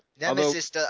Nemesis